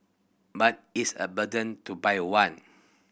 but it's a burden to buy one